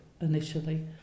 initially